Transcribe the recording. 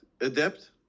adapt